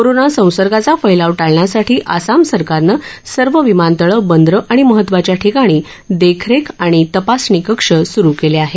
corona संसर्गाचा फैलाव टाळण्यासाठी आसाम सरकारनं सर्व विमानतळं बंदरं आणि महत्त्वाच्या ठिकाणी देखरेख आणि तपासणी कक्ष सुरु केले आहेत